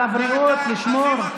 על הבריאות לשמור.